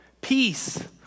peace